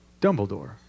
Dumbledore